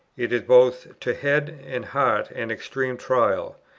it is both to head and heart an extreme trial,